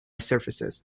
surfaces